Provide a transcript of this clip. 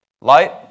Light